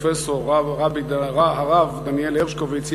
פרופסור הרב דניאל הרשקוביץ,